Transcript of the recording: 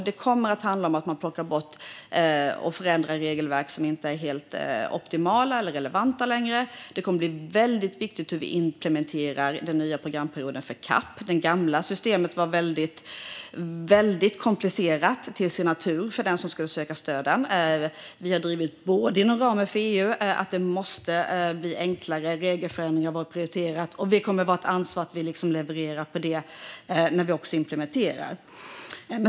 Det kommer att handla om att man plockar bort eller förändrar regelverk som inte längre är helt optimala eller relevanta. Det kommer att bli väldigt viktigt hur vi implementerar den nya programperioden för CAP. Det gamla systemet var väldigt komplicerat till sin natur för den som skulle söka stöden. Vi har inom ramen för EU drivit att det måste bli enklare. Regelförändringar har varit prioriterat. Vi kommer att ta ansvar för att leverera på det när vi implementerar.